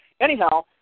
Anyhow